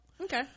Okay